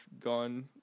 gone